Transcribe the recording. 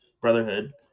Brotherhood